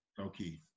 okay